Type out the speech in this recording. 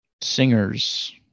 Singers